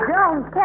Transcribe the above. Jones